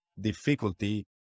difficulty